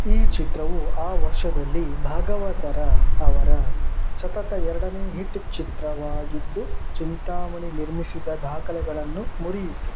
ಈ ಚಿತ್ರವು ಆ ವರ್ಷದಲ್ಲಿ ಭಾಗವತರ ಅವರ ಸತತ ಎರಡನೇ ಹಿಟ್ ಚಿತ್ರವಾಗಿದ್ದು ಚಿಂತಾಮಣಿ ನಿರ್ಮಿಸಿದ ದಾಖಲೆಗಳನ್ನು ಮುರಿಯಿತು